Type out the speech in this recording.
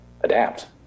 adapt